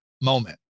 moment